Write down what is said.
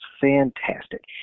fantastic